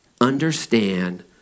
understand